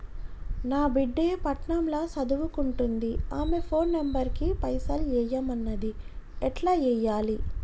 నా బిడ్డే పట్నం ల సదువుకుంటుంది ఆమె ఫోన్ నంబర్ కి పైసల్ ఎయ్యమన్నది ఎట్ల ఎయ్యాలి?